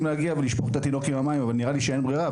להגיע ולשפוך את התינוק עם המים אבל נראה לי שאין ברירה,